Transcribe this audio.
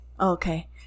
Okay